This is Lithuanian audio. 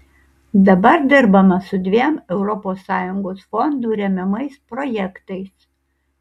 dabar dirbame su dviem europos sąjungos fondų remiamais projektais